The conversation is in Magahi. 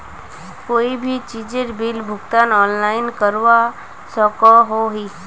कोई भी चीजेर बिल भुगतान ऑनलाइन करवा सकोहो ही?